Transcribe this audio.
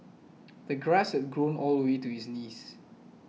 the grass had grown all the way to his knees